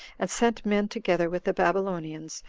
and sent men together with the babylonians,